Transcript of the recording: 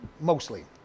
mostly